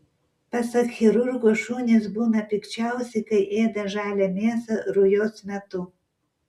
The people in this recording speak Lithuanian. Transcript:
pasak chirurgo šunys būna pikčiausi kai ėda žalią mėsą rujos metu